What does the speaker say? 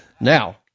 Now